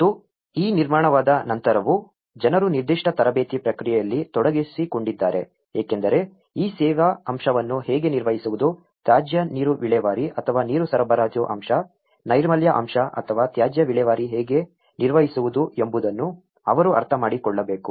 ಮತ್ತು ಈ ನಿರ್ಮಾಣದ ನಂತರವೂ ಜನರು ನಿರ್ದಿಷ್ಟ ತರಬೇತಿ ಪ್ರಕ್ರಿಯೆಯಲ್ಲಿ ತೊಡಗಿಸಿಕೊಂಡಿದ್ದಾರೆ ಏಕೆಂದರೆ ಈ ಸೇವಾ ಅಂಶವನ್ನು ಹೇಗೆ ನಿರ್ವಹಿಸುವುದು ತ್ಯಾಜ್ಯ ನೀರು ವಿಲೇವಾರಿ ಅಥವಾ ನೀರು ಸರಬರಾಜು ಅಂಶ ನೈರ್ಮಲ್ಯ ಅಂಶ ಅಥವಾ ತ್ಯಾಜ್ಯ ವಿಲೇವಾರಿ ಹೇಗೆ ನಿರ್ವಹಿಸುವುದು ಎಂಬುದನ್ನು ಅವರು ಅರ್ಥಮಾಡಿಕೊಳ್ಳಬೇಕು